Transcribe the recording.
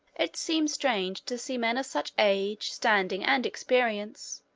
it seemed strange to see men of such age, standing, and experience,